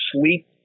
sleep